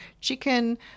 Chicken